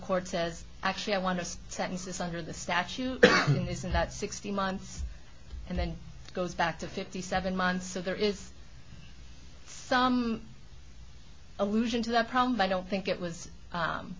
court says actually i want to sentence is under the statute isn't that sixty months and then it goes back to fifty seven months so there is some allusion to that problem by i don't think it